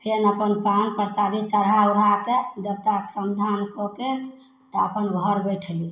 फेर अपन पान परसादी चढ़ा उढ़ाके देवताके समधान कऽके तऽ अपन घर बैठली